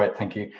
but thank you.